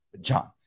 John